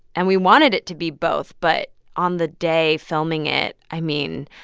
and we wanted it to be both. but on the day filming it, i mean,